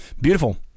Beautiful